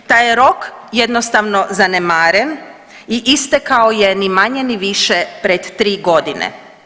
Taj rok je jednostavno zanemaren i istekao je ni manje ni više pred 3 godine.